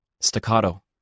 Staccato